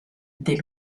des